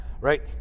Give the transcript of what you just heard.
right